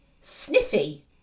sniffy